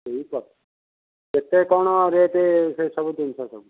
ସେଇ ତ କେତେ କଣ ରେଟ୍ ସେ ସବୁ ଜିନିଷ ସବୁ